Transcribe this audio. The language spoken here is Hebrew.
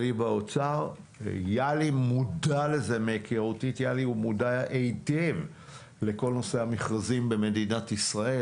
יהלי מודע היטב לכל נושא המכרזים במדינת ישראל,